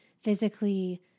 physically